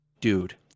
Dude